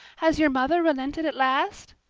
has your mother relented at last?